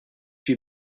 you